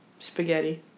spaghetti